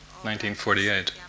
1948